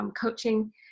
coaching